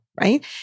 right